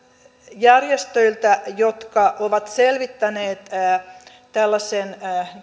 järjestöt jotka ovat selvittäneet tällaisen